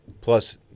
Plus